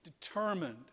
determined